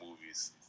movies